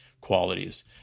qualities